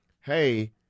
hey